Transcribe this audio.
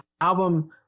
album